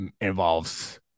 involves